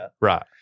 Right